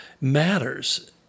matters